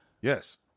Yes